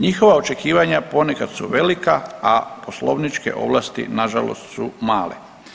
Njihova očekivanja ponekad su velika, a poslovničke ovlasti nažalost su male.